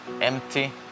empty